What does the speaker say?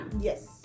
Yes